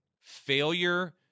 Failure